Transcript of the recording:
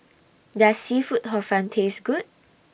Does Seafood Hor Fun Taste Good